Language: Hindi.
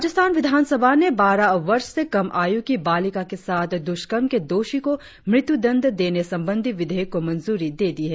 राजस्थान विधानसभा ने बारह बर्ष से कम आयु की बालिका के साथ द्रष्कर्म के दोषी को मृत्युदंड देने संबंधी विधेयक को मंजूरी दे दी है